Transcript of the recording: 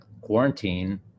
quarantine